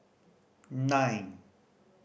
nine